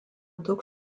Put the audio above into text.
daug